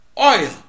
Oil